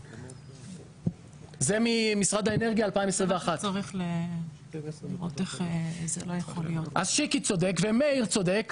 זה ממשרד האנרגיה 2021. אז שיקי צודק ומאיר צודק,